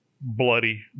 bloody